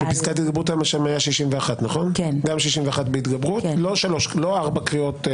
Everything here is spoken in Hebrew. פסקת ההתגברות, 61. לא ארבע קריאות.